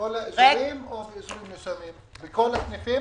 בכל הסניפים?